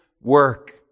work